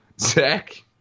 Zach